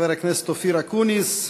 חבר הכנסת אופיר אקוניס,